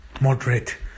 moderate